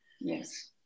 Yes